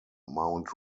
mount